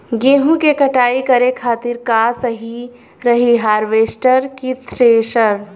गेहूँ के कटाई करे खातिर का सही रही हार्वेस्टर की थ्रेशर?